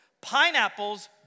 pineapples